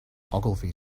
ogilvy